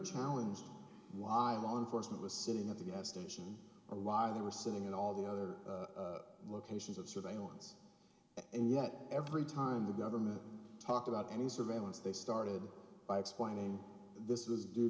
challenge why on force what was sitting at the gas station or why they were sitting in all the other locations of surveillance and yet every time the government talked about any surveillance they started by explaining this